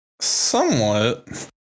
somewhat